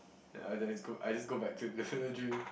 ya then I just go I just go back to another dream